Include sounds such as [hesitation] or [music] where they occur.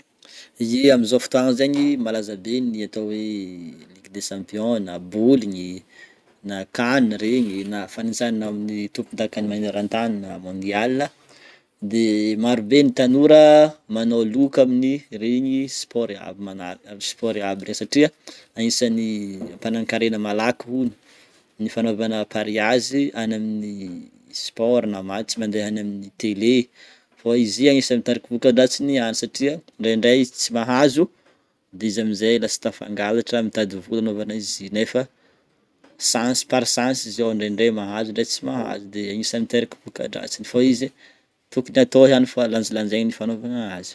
Ye, amin'izao fotoagna zegny malaza be ny atao hoe [hesitation] ligue de champion na boligny na CAN regny na fanintsanana amin'ny tombon-dakan'ny maneran-tany na mondiale. De maro be ny tanora manao loka amin'ny regny sport aby mana- [hesitation] sport aby regny satria agnisan'ny hampanan-karena malaky hono ny fanovana pariage an'ny amin'ny [hesitation] sport na match mandeha any amin'ny télé fô izy i agnisany mitariky voka-dratsiny ihany satria ndraindray izy tsy mahazo, de izy amin'izay lasa tafangalatra, mitady vola anaovana izy i nefa chance, par chance izy io, ndraindray mahazo, ndray tsy mahazo. De agnisany miteraka voka-dratsiny fô izy tokony atao ihany fa lanjalanjaigna ny fanovagna azy.